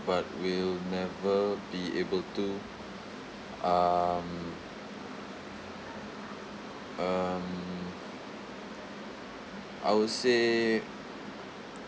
but will never be able to um um I would say